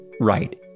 Right